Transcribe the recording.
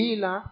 Ila